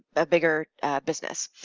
a bigger business.